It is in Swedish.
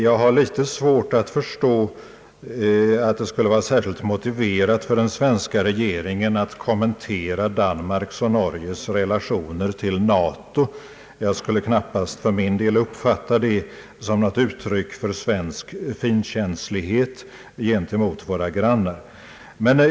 Jag har litet svårt att förstå att det skulle vara särskilt motiverat att den svenska regeringen kommenterade Danmarks och Norges relationer till NATO. Jag skulle för min del knappast uppfatta det som något uttryck för svensk finkänslighet gentemot våra grannar.